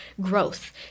growth